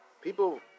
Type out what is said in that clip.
people